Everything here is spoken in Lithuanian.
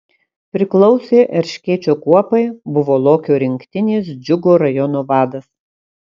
priklausė erškėčio kuopai buvo lokio rinktinės džiugo rajono vadas